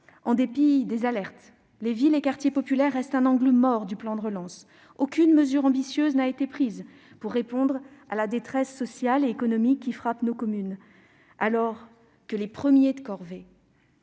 En dépit des alertes, les villes et quartiers populaires restent un angle mort du plan de relance : aucune mesure ambitieuse n'a été prise pour répondre à la détresse sociale et économique qui frappe nos communes. » Pourtant, les « premiers de corvée